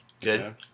Good